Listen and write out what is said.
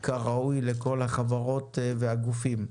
כראוי לכל החברות והגופים.